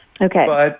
Okay